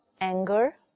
Anger